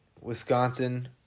Wisconsin